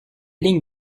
lignes